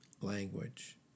language